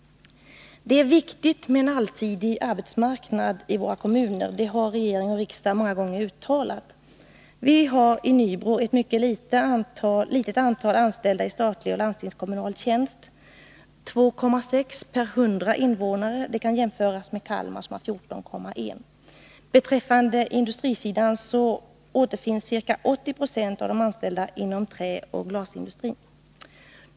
Det är viktigt med en allsidig arbetsmarknad i våra kommuner — det har regering och riksdag många gånger uttalat. Vi har i Nybro ett mycket litet antal anställda i statlig och landstingskommunal tjänst, 2,6 per 100 invånare. Det kan jämföras med siffran 14,1 i Kalmar kommun. På industrisidan återfinns ca 80 26 av de anställda inom träoch glasindustrin.